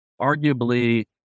arguably